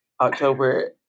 October